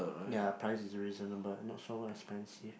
ya price is reasonable not so expensive